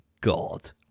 God